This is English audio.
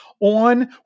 on